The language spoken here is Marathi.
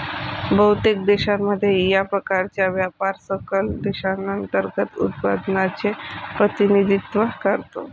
बहुतेक देशांमध्ये, या प्रकारचा व्यापार सकल देशांतर्गत उत्पादनाचे प्रतिनिधित्व करतो